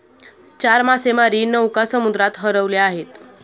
चार मासेमारी नौका समुद्रात हरवल्या आहेत